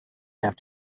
have